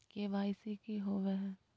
KYC की हॉबे हय?